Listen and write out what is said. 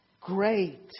great